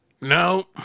No